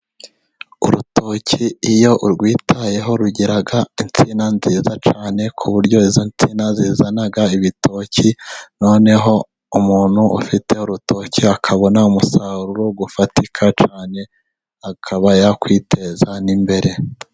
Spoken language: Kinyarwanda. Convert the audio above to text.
urutoki iyo urwitayeho rugera insina nziza cyane, ku buryo izo nsina zizana ibitoki noneho umuntu ufite urutoki akabona umusaruro ufatika cyane akaba yakwiteza n'imbere